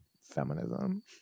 Feminism